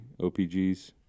OPGs